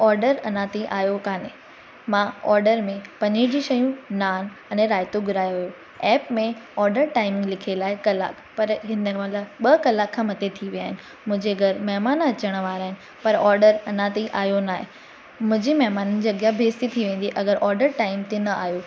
order अञा ताईं आयो कोन्हे मां ऑडर में पनीर जी शयूं नान अने रायतो घुरायो हुयो एप में ऑडर टाइम लिखयल आहे कलाकु पर हिन महिल ॿ कलाक खां मथे थी विया आहिनि मुंहिंजे घर महिमान अचण वारा आहिनि पर ऑडर अञा ताईं आयो न आहे मुंहिंजे महिमाननि जे अॻियां बेस्ती थी वेंदी अगरि ऑडर टाइम ते न आयो